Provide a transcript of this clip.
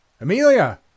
Amelia